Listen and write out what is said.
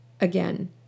Again